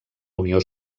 unió